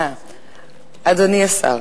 אדוני השר,